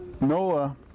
Noah